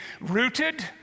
rooted